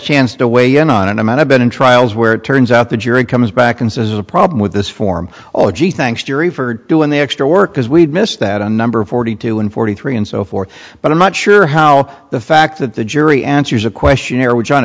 chance to weigh in on an amount i've been in trials where it turns out the jury comes back and says a problem with this form oh gee thanks jury for doing the extra work because we had missed that a number forty two and forty three and so forth but i'm not sure how the fact that the jury answers a questionnaire which on